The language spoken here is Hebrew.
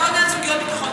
אתה עונה על סוגיות ביטחון.